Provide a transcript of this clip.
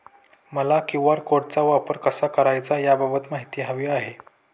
मला क्यू.आर कोडचा वापर कसा करायचा याबाबत माहिती हवी आहे